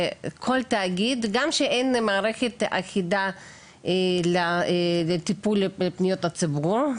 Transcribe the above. שכל תאגיד גם שאין מערכת אחידה לטיפול בפניות הציבור,